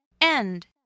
End